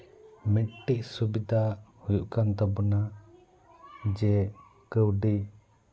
ᱢᱤᱫᱴᱮᱡᱽ ᱥᱩᱵᱤᱫᱷᱟ ᱦᱩᱭᱩᱜ ᱠᱟᱱ ᱛᱟᱵᱳᱱᱟ ᱡᱮ ᱠᱟᱹᱣᱰᱤ